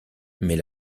mais